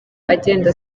agenda